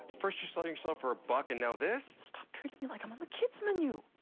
first you sell yourself for a buck and now this? stop treating me like i'm on the kids menu!